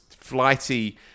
flighty